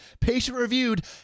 patient-reviewed